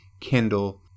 Kindle